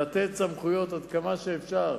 לתת כמה שיותר סמכויות לכמה שאפשר